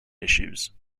issues